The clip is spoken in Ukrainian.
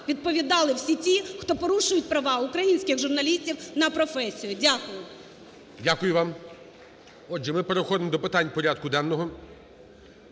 відповідали всі ті, хто порушують права українських журналів на професію. Дякую. ГОЛОВУЮЧИЙ. Дякую вам. Отже, ми переходимо до питань порядку денного.